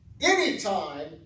Anytime